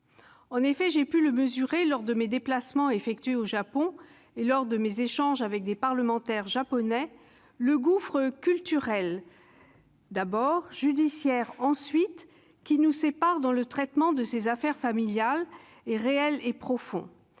En effet, j'ai pu le mesurer lors de mes déplacements au Japon et au cours de mes échanges avec des parlementaires japonais, le gouffre culturel d'abord, judiciaire ensuite, qui nous sépare dans le traitement de ces affaires familiales est réel et profond.